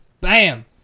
Bam